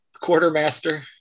quartermaster